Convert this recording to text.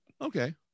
okay